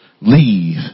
Leave